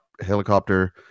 helicopter